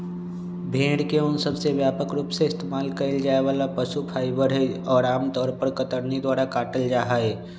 भेड़ के ऊन सबसे व्यापक रूप से इस्तेमाल कइल जाये वाला पशु फाइबर हई, और आमतौर पर कतरनी द्वारा काटल जाहई